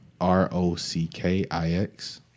R-O-C-K-I-X